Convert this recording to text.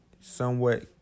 somewhat